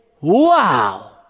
Wow